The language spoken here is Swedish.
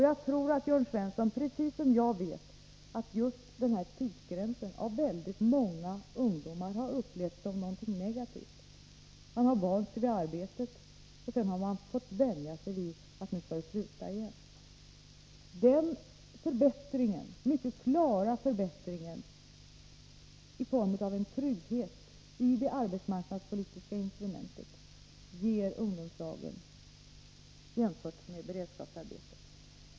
Jag tror att Jörn Svensson precis som jag vet att just denna tidsgräns av väldigt många ungdomar har upplevts som någonting negativt. Man har vant sig vid arbetet, och sedan har man måst vänja sig vid tanken på att man skall sluta. Den mycket klara förbättringen i form av en trygghet i det arbetsmarknadspolitiska instrumentet ger ungdomslagen jämfört med beredskapsarbete.